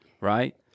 Right